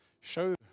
show